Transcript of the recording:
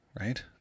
right